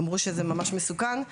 אמרו שזה ממש מסוכן.